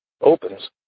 opens